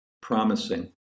promising